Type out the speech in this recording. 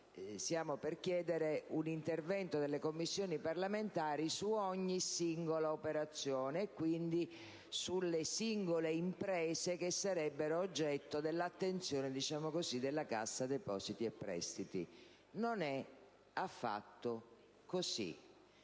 siamo per chiedere un intervento delle Commissioni parlamentari su ogni singola operazione e, quindi, sulle singole imprese che sarebbero oggetto dell'attenzione della Cassa depositi e prestiti. Non è affatto così.